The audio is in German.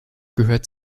gehört